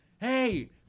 Hey